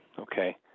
Okay